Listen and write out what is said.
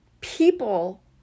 people